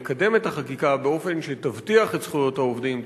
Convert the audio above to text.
לקדם את החקיקה כך שתבטיח את זכויות העובדים,